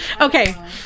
okay